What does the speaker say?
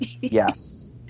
Yes